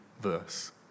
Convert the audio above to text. verse